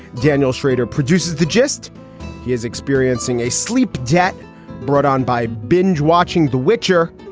daniel schrader produces the gist he is experiencing a sleep debt brought on by binge watching the witcher.